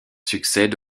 succèdent